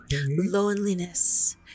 loneliness